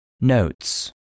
Notes